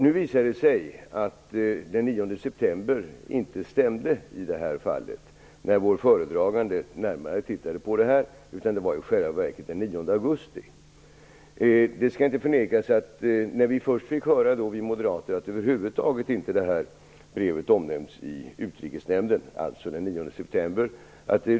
När vår föredragande tittade närmare på det visade det sig att den 9 september inte stämde i detta fall. Det var i själva verket den 9 augusti. Det skall inte förnekas att det utbröt en viss förvirring när vi moderater först fick höra att brevet över huvud taget inte omnämnts i Utrikesnämnden den 9 september.